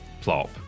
plop